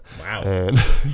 wow